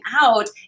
out